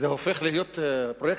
זה הופך להיות נדל"ני?